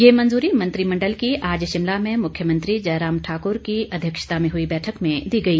ये मंजूरी मंत्रिमंडल की आज शिमला में मुख्यमंत्री जयराम ठाकुर की अध्यक्षता में हुई बैठक में दी गई